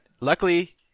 luckily